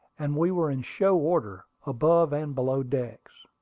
and we were in show order, above and below decks.